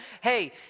hey